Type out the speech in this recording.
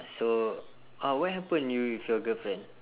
so uh what happen you with your girlfriend